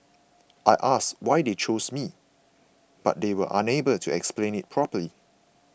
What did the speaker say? I asked why they chose me but they were unable to explain it properly